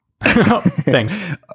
Thanks